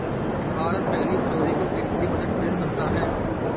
भारत पहली फरवरी को केंद्रीय बजट पेश करता है